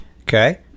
Okay